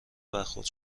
برخورد